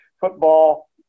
football